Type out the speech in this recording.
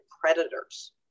predators